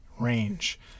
range